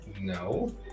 no